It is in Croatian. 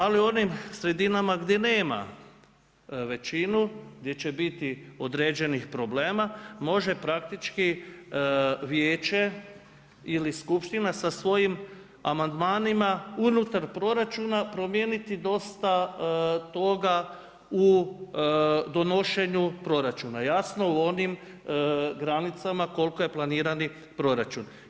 Ali, u onim sredinama gdje nema većinu, gdje će biti određenih problema, može praktički vijeće ili skupština sa svojim amandmanima unutar proračuna promijeniti dosta toga u donošenju proračunu, jasno u onim granicama koliko je planirani proračun.